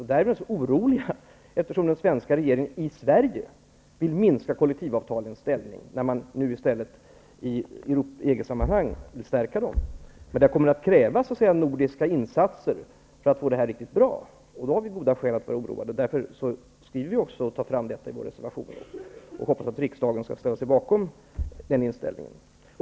Vi är oroliga, eftersom den svenska regeringen vill minska kollektivavtalens ställning i Sverige när man i EG-sammanhang vill stärka dem. Det kommer att krävas nordiska insatser för att få det här riktigt bra. Vi har goda skäl att vara oroade. Vi tar fram detta i vår reservation och hoppas att riksdagen skall ställa sig bakom den inställningen.